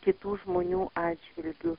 kitų žmonių atžvilgiu